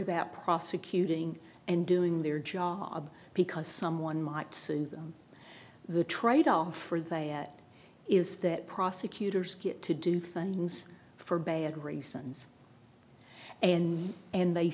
about prosecuting and doing their job because someone might sue them the tradeoff for they at is that prosecutors get to do things for bad reasons and and they